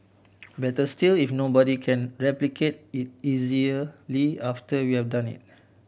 better still if nobody can replicate it after we have done it